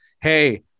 hey